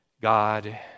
God